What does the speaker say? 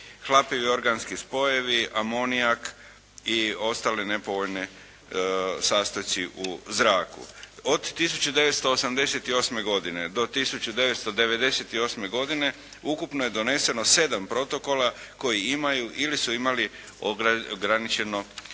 hlapivi organski spojevi, amonijak i ostali nepovoljni sastojci u zraku. Od 1988. godine do 1998. godine ukupno je doneseno 7 protokola koji imaju, ili su imali ograničeno vrijeme